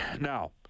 now